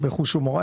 בחוש הומור.